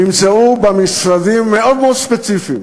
נמצאו במשרדים מאוד מאוד ספציפיים,